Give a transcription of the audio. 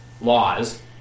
laws